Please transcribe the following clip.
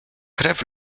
krew